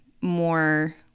more